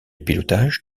pilotage